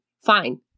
fine